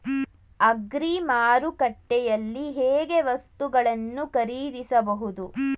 Agri ಮಾರುಕಟ್ಟೆಯಲ್ಲಿ ಹೇಗೆ ವಸ್ತುಗಳನ್ನು ಖರೀದಿಸಬಹುದು?